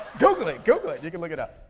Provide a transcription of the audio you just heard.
google it, google it! you can look it up.